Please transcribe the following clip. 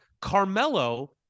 Carmelo